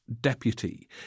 deputy